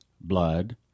blood